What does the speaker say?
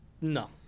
No